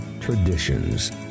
traditions